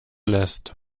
lässt